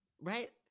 right